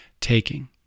taking